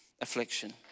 affliction